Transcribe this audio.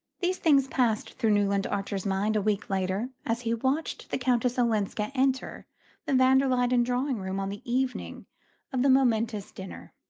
these things passed through newland archer's mind a week later as he watched the countess olenska enter the van der luyden drawing-room on the evening of the momentous dinner.